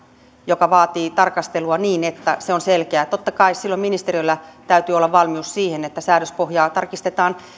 joka vaatii tarkastelua niin että se on selkeä totta kai silloin ministeriöllä täytyy olla valmius siihen että säädöspohjaa tarkistetaan